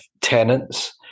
tenants